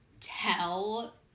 tell